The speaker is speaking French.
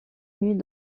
nuit